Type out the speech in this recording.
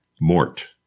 mort